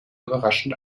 überraschend